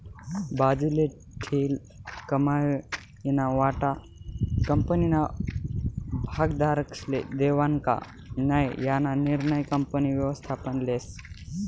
बाजूले ठीयेल कमाईना वाटा कंपनीना भागधारकस्ले देवानं का नै याना निर्णय कंपनी व्ययस्थापन लेस